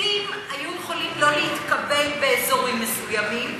יהודים היו יכולים שלא להתקבל באזורים מסוימים,